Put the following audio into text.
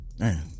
Man